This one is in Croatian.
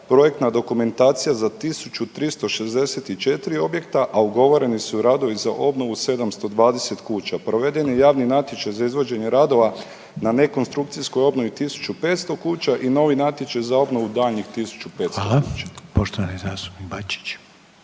projektna dokumentacija za 1364 objekta, a ugovoreni su radovi za obnovu 720 kuća. Proveden je javni natječaj za izvođenje radova na nekonstrukcijskoj obnovi 1.500 kuća i novi natječaj za obnovu daljnjih 1.500 kuća. **Reiner, Željko